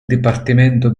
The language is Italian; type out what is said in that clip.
dipartimento